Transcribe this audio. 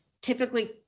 typically